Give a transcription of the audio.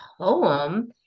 poem